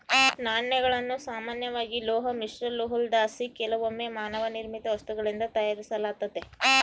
ನಾಣ್ಯಗಳನ್ನು ಸಾಮಾನ್ಯವಾಗಿ ಲೋಹ ಮಿಶ್ರಲೋಹುದ್ಲಾಸಿ ಕೆಲವೊಮ್ಮೆ ಮಾನವ ನಿರ್ಮಿತ ವಸ್ತುಗಳಿಂದ ತಯಾರಿಸಲಾತತೆ